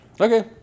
Okay